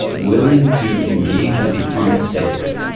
willing to engage with the unsafe,